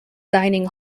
dining